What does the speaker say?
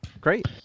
Great